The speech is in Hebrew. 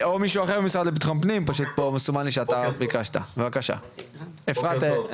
בוקר טוב,